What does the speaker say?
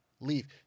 Leave